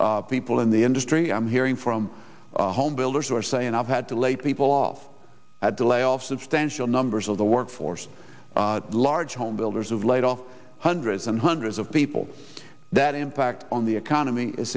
to people in the industry i'm hearing from home builders who are saying i've had to lay people off at the layoff substantial numbers of the workforce large homebuilders of laid off hundreds and hundreds of people that impact on the economy is